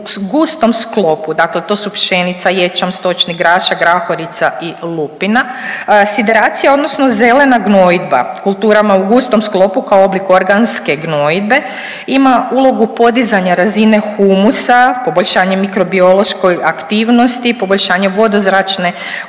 gustom sklopu. Dakle, to su pšenica, ječam, stočni grašak, grahorica i lupina. Sideracija odnosno zelena gnojidba kulturama u gustom sklopu kao oblik organske gnojidbe ima ulogu podizanja razine humusa, poboljšanje mikrobiološkoj aktivnosti, poboljšanje vodozračne